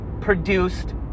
produced